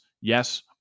yes